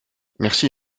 merci